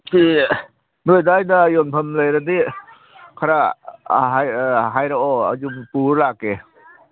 ꯑꯩꯈꯣꯏꯒꯤ ꯅꯣꯏ ꯑꯗꯥꯏꯗ ꯌꯣꯟꯐꯝ ꯂꯩꯔꯗꯤ ꯈꯔ ꯍꯥꯏ ꯍꯥꯏꯔꯛꯑꯣ ꯑꯗꯨꯝ ꯄꯨꯔꯒ ꯂꯥꯛꯀꯦ